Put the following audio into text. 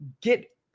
get